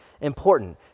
important